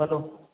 hello